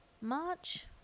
March